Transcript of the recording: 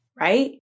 right